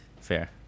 Fair